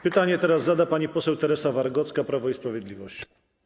Pytanie zada teraz pani poseł Teresa Wargocka, Prawo i Sprawiedliwość.